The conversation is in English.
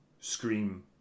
scream